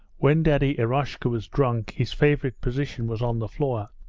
when daddy eroshka was drunk his favourite position was on the floor.